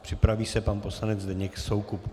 Připraví se pan poslanec Zdeněk Soukup.